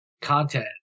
content